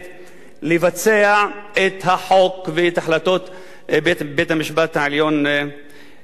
לבצע את החוק ואת החלטות בית-המשפט הגבוה לצדק.